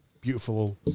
beautiful